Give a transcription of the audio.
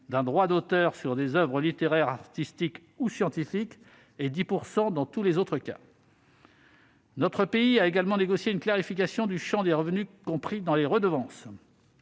d'un droit d'auteur sur des oeuvres littéraires, artistiques ou scientifiques et à 10 % dans tous les autres cas. Notre pays a également négocié une clarification du champ des revenus compris dans les redevances.